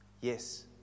Yes